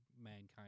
Mankind